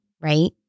right